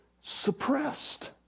suppressed